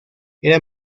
era